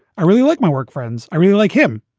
i really like my work friends. i really like him.